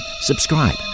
subscribe